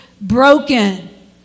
broken